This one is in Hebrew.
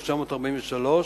1943,